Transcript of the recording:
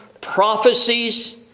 prophecies